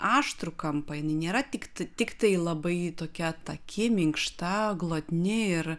aštrų kampą jinai nėra tik tiktai labai tokia taki minkšta glotni ir